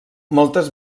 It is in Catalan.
moltes